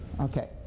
Okay